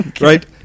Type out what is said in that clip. Right